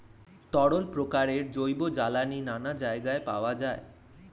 তরল প্রকারের জৈব জ্বালানি নানা জায়গায় পাওয়া যায়